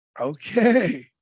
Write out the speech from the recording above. Okay